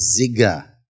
Ziga